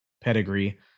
pedigree